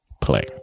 Play